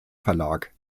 verlag